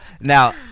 Now